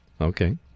Okay